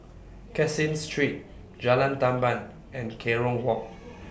Caseen Street Jalan Tamban and Kerong Walk